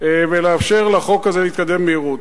ולאפשר לחוק הזה להתקדם במהירות.